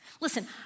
Listen